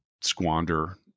squander